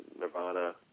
Nirvana